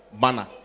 banner